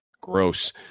gross